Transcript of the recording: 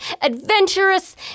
adventurous